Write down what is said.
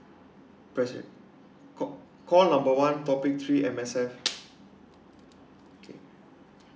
press it call call number one topic three M_S_F okay